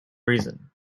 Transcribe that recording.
reason